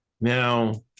Now